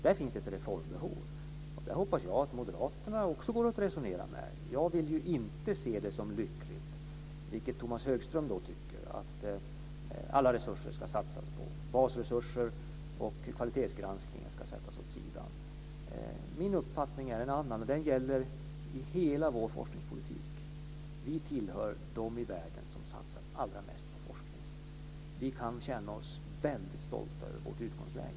Där finns det ett reformbehov och där hoppas jag att det går att resonera också med Moderaterna. Jag kan inte, som Tomas Högström gör, se det som lyckligt att alla resurser ska satsas i form av basresurser och att kvalitetsgranskningar ska sättas åt sidan. Min uppfattning är en annan, och det gäller då hela vår forskningspolitik. Vi tillhör de i världen som satsar allra mest på forskning, och vi kan känna oss väldigt stolta över vårt utgångsläge.